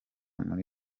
muri